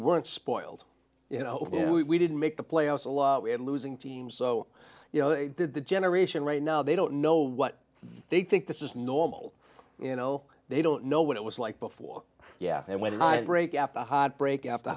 weren't spoiled you know we didn't make the playoffs a lot we had a losing team so you know they did the generation right now they don't know what they think this is normal you know they don't know what it was like before yeah and went on break after a hot break after